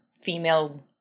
female